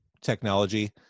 technology